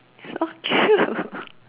so cute